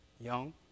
young